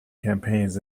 campaigns